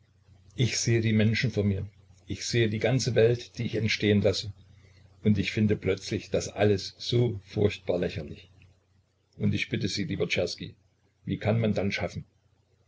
ich sehe die menschen vor mir ich sehe die ganze welt die ich entstehen lasse und ich finde plötzlich das alles so furchtbar lächerlich und ich bitte sie lieber czerski wie kann man dann schaffen